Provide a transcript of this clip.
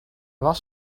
was